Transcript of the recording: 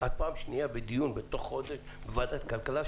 את פעם שנייה בדיון תוך חודש בוועדת הכלכלה,